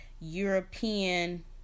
European